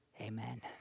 Amen